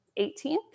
18th